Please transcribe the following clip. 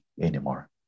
anymore